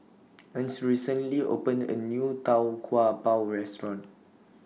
Ernst recently opened A New Tau Kwa Pau Restaurant